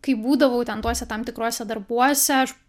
kai būdavau ten tuose tam tikruose darbuose aš